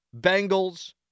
Bengals